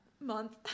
month